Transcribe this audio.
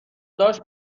داشت